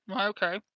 okay